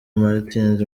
martins